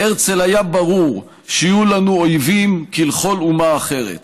להרצל היה ברור שיהיו לנו אויבים כלכל אומה אחרת,